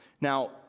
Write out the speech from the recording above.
Now